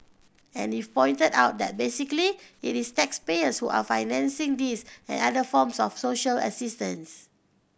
and if pointed out that basically it is taxpayers who are financing this and other forms of social assistance